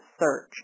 search